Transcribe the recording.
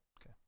Okay